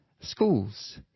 schools